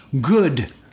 good